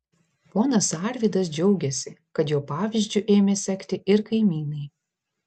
ponas arvydas džiaugėsi kad jo pavyzdžiu ėmė sekti ir kaimynai